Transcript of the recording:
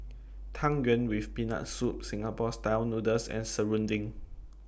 Tang Yuen with Peanut Soup Singapore Style Noodles and Serunding